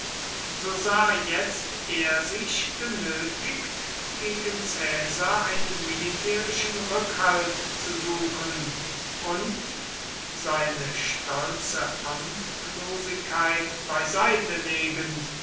so sah jetzt er sich genötigt gegen caesar einen militärischen rückhalt zu suchen und seine stolze